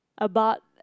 about